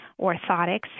orthotics